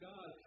God